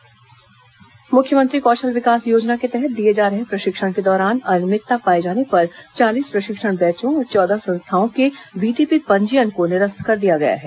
कौशल विकास योजना पंजीयन निरस्त मुख्यमंत्री कौशल विकास योजना के तहत दिए जा रहे प्रशिक्षण के दौरान अनियमितता पाए जाने पर चालीस प्रशिक्षण बैचों और चौदह संस्थाओं के व्हीटीपी पंजीयन को निरस्त कर दिया गया है